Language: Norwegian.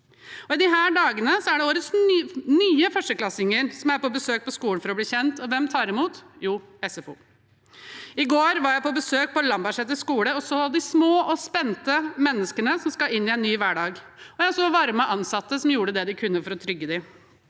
I disse dagene er det årets nye førsteklassinger som er på besøk på skolen for å bli kjent, og hvem tar imot? Jo, SFO. I går var jeg på besøk på Lambertseter skole og så de små og spente menneskene som skal inn i en ny hverdag, og jeg så varme ansatte som gjorde det de kunne for å trygge dem.